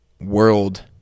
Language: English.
world